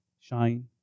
shine